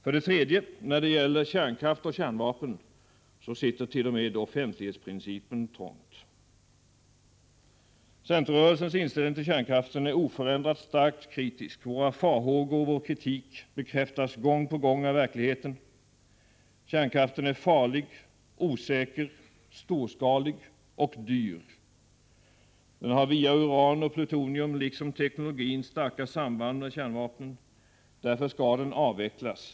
För det tredje: När det gäller kärnkraft och kärnvapen sitter t.o.m. offentlighetsprincipen trångt. Centerrörelsens inställning till kärnkraften är oförändrat starkt kritisk. Våra farhågor och vår kritik bekräftas gång på gång av verkligheten. Kärnkraften är farlig, osäker, storskalig och dyr. Den har via uran och plutonium liksom via teknologin starka samband med kärnvapen. Därför skall den avvecklas.